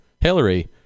hillary